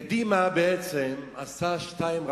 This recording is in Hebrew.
קדימה, בעצם, עשתה שתיים רעות.